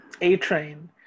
A-Train